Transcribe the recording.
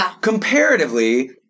comparatively